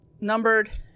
numbered